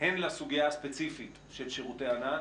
הן לסוגיה הספציפית של שירותי הענן